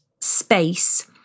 space